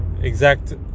exact